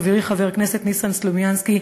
חברי חבר הכנסת ניסן סלומינסקי,